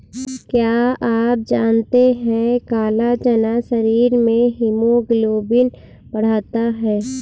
क्या आप जानते है काला चना शरीर में हीमोग्लोबिन बढ़ाता है?